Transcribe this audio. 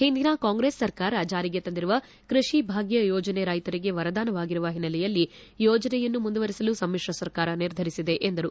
ಹಿಂದಿನ ಕಾಂಗ್ರೆಸ್ ಸರ್ಕಾರ ಜಾರಿಗೆ ತಂದಿರುವ ಕೃಷಭಾಗ್ಯ ಯೋಜನೆ ರೈತರಿಗೆ ವರದಾನವಾಗಿರುವ ಹಿನ್ನೆಲೆಯಲ್ಲಿ ಯೋಜನೆಯನ್ನು ಮುಂದುವರಿಸಲು ಸಮಿತ್ರ ಸರ್ಕಾರ ನಿರ್ಧರಿಸಿದೆ ಎಂದರು